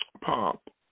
Pop